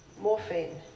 morphine